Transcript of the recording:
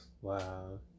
Wow